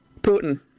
Putin